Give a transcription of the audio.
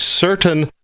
certain